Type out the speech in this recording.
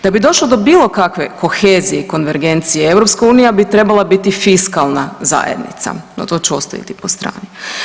Da bi došlo do bilo kakve kohezije i konvergencije EU bi trebala biti fiskalna zajednica, no to ću ostaviti po strani.